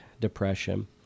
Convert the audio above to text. depression